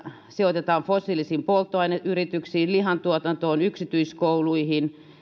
sijoitetaan fossiilisia polttoaineita tuottaviin yrityksiin lihantuotantoon yksityiskouluihin